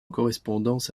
correspondance